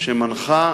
שמנחה